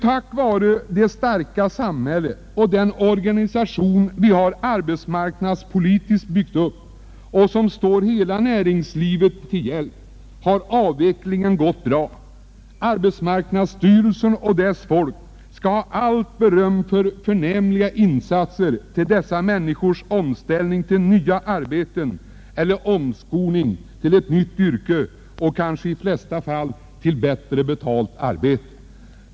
Tack vare vårt starka samhälle och den arbetsmarknadspolitiska organisation vi har byggt upp och som står hela näringslivet till hjälp har omställningen emellertid gätt bra. Arbetsmarknadsstyrelsen och dess folk skall ha allt beröm för förnämliga insatser när det gäller dessa människors omplacering till nya arbeten eller omskolningen av dem till ett nytt yrke — och kanske i de flesta fall till bättre betalda arbeten.